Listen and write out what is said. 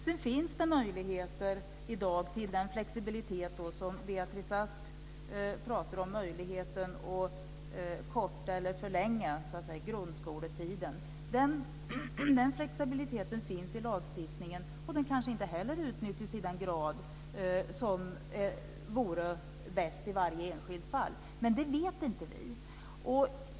Det finns möjligheter i dag till den flexibilitet som Beatrice Ask pratar om - möjligheten att korta eller förlänga grundskoletiden. Den flexibiliteten finns i lagstiftningen. Den utnyttjas kanske inte heller i den grad som vore bäst i varje enskilt fall, men det vet vi inte.